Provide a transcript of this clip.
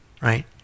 right